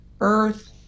Earth